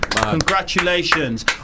congratulations